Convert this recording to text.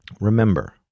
remember